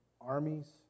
armies